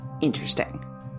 interesting